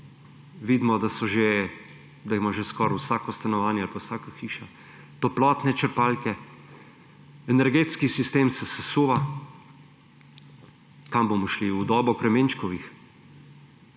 vidimo, da klime ima že skoraj vsako stanovanje ali pa vsaka hiša, toplotne črpalke, energetski sistem pa se sesuva. Kam bomo šli, v dobo Kremenčkovih?